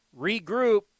regroup